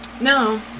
no